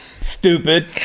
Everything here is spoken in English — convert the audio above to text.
Stupid